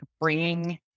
bringing